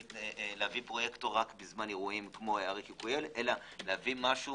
להביא פרויקטור רק בזמן אירועים כמו אריק יקואל אלא להביא משהו